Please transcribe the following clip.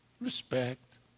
Respect